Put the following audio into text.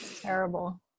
Terrible